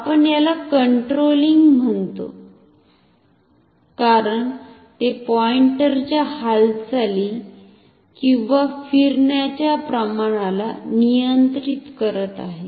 आपण याला कंट्रोल्लिंग म्हणतो कारण ते पॉइंटरच्या हालचाली किंवा फिरण्याच्या प्रमाणाला नियंत्रित करत आहे